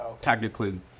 technically